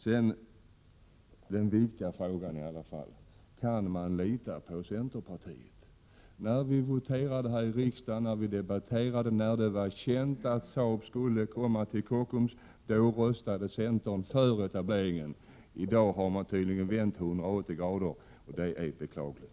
Slutligen den viktiga frågan: Kan man lita på centerpartiet? När det var känt att Saab skulle komma till Kockums, då röstade centern för etableringen. I dag har man tydligen vänt 180 grader, och det är beklagligt.